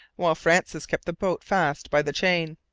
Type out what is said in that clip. while francis kept the boat fast by the chain.